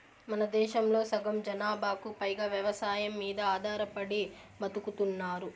మనదేశంలో సగం జనాభాకు పైగా వ్యవసాయం మీద ఆధారపడి బతుకుతున్నారు